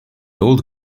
old